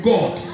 God